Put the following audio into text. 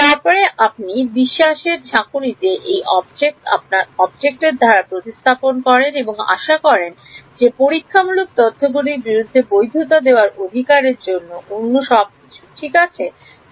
তারপরে আপনি বিশ্বাসের এক ঝাঁকুনিতে সেই অবজেক্টটিকে আপনার অবজেক্টের দ্বারা প্রতিস্থাপন করেন এবং আশা করেন যে পরীক্ষামূলক তথ্যগুলির বিরুদ্ধে বৈধতা দেওয়ার অধিকারের জন্য অন্য সব কিছু ঠিক আছে